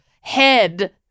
head